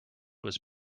was